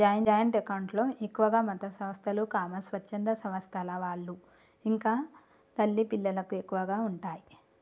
joint account లో ఎక్కువగా మతసంస్థలు, స్వచ్ఛంద సంస్థల వాళ్ళు ఇంకా తల్లి పిల్లలకు ఎక్కువగా ఉంటయ్